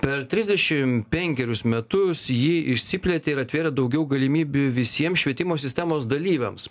per trisdešimt penkerius metus ji išsiplėtė ir atvėrė daugiau galimybių visiems švietimo sistemos dalyviams